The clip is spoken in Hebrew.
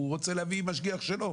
הוא רוצה להביא משגיח שלו,